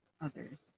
others